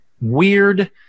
weird